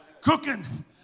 Cooking